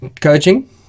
coaching